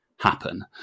happen